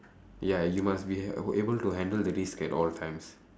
ya you must be able to handle the risk at all times